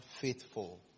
faithful